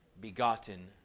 begotten